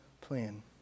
plan